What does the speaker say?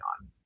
on